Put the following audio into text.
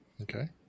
Okay